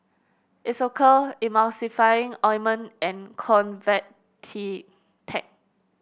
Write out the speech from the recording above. Isocal Emulsying Ointment and